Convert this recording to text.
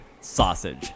sausage